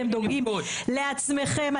אתם דואגים לעצמכם,